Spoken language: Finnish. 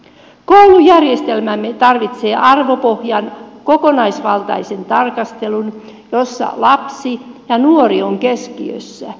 koulujärjestelmämme tarvitsee arvopohjan kokonaisvaltaisen tarkastelun jossa lapsi ja nuori on keskiössä